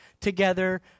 together